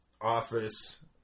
office